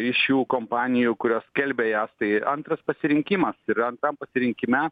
ryšių kompanijų kurios skelbia jas tai antras pasirinkimas yra tam pasirinkime